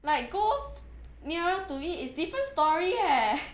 like go nearer to it it's different story eh